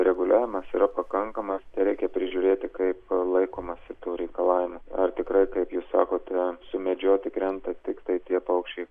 reguliavimas yra pakankamas tereikia prižiūrėti kaip laikomasi tų reikalavimų ar tikrai kaip jūs sakote sumedžioti krenta tiktai tie paukščiai